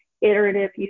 iterative